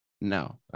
No